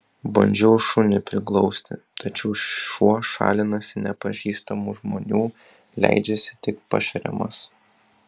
bandžiau šunį priglausti tačiau šuo šalinasi nepažįstamų žmonių leidžiasi tik pašeriamas